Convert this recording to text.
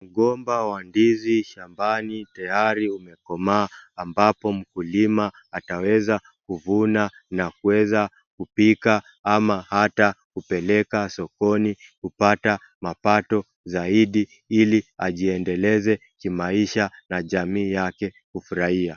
Mgomba wa ndizi shambani tayari umekomaa ambapo mkulima ataweza kuvuna na kuweza kupika ama hata kupeleka sokoni kupata mapazo zaidi ili ajiedeleze kimaisha na jamii yake kufurahia.